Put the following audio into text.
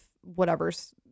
whatever's